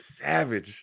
savage